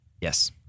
Yes